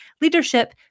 leadership